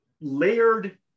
layered